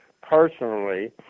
personally